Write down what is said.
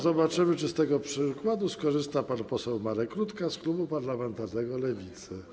Zobaczymy, czy z tego przykładu skorzysta pan poseł Marek Rutka z klubu parlamentarnego Lewicy.